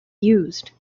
used